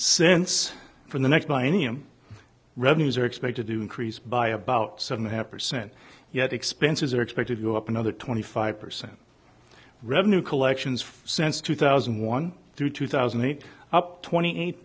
since for the next by any i'm revenues are expected to increase by about seven half percent yet expenses are expected to go up another twenty five percent revenue collections since two thousand and one through two thousand and eight up twenty eight